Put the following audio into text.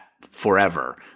forever